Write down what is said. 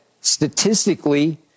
statistically